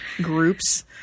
groups